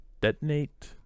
detonate